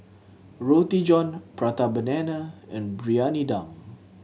Roti John Prata Banana and Briyani Dum